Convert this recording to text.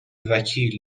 وکیل